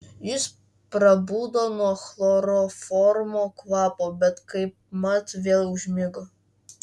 jis prabudo nuo chloroformo kvapo bet kaipmat vėl užmigo